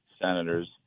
senators